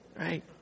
Right